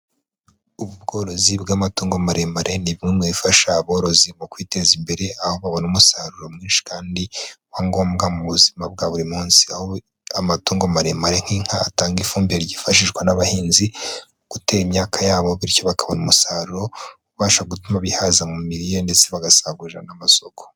Ubworozi bw'amatungo maremare ni bumwe mu bifasha aborozi mu kwiteza imbere, aho babona umusaruro mwinshi kandi wa ngombwa mu buzima bwa buri munsi, aho amatungo maremare nk'inka atanga ifumbire ryifashishwa n'abahinzi mu gutera imyaka yabo bityo bakabona umusaruro ubasha gutuma bihaza mu mirire, ndetse bagasagurira n'amasoko.